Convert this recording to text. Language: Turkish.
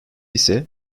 ise